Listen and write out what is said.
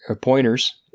pointers